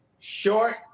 Short